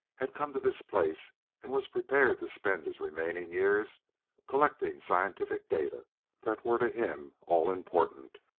had come to this place and was prepared to spend his remaining years collecting scientific data that were to him all-important.